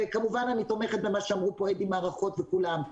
כמובן אני תומכת במה שאמרו פה א.ד.י מערכות וכולם.